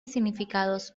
significados